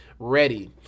ready